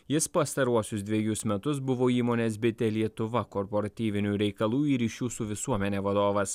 jis pastaruosius dvejus metus buvo įmonės bitė lietuva korportivinių reikalų ir ryšių su visuomene vadovas